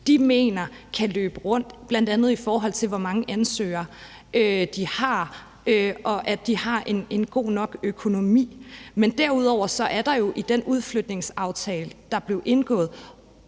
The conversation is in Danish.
de mener kan løbe rundt, bl.a. i forhold til hvor mange ansøgere de har, og om de har en god nok økonomi. Men derudover er der jo i den udflytningsaftale, der blev indgået,